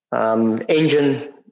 engine